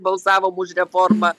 balsavom už reformą